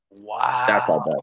Wow